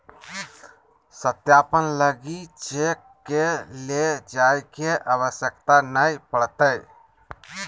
सत्यापन लगी चेक के ले जाय के आवश्यकता नय पड़तय